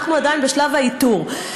אנחנו עדיין בשלב האיתור.